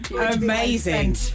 amazing